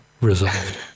resolved